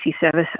service